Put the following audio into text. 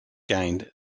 gained